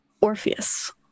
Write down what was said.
Orpheus